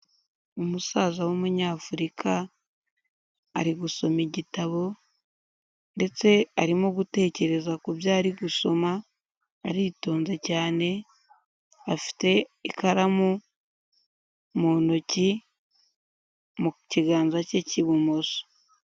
Umusaza w'umunyafurika, ari gusoma igitabo ndetse arimo gutekereza kubyo ari gusoma aritonze cyane, afite ikaramu mu ntoki mu kiganza cye cy'ibumoso.